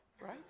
right